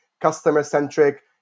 customer-centric